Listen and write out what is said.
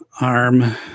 arm